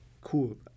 Cool